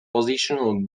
positional